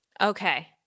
okay